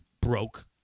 broke